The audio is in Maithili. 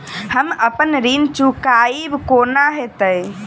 हम अप्पन ऋण चुकाइब कोना हैतय?